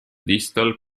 distal